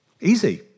Easy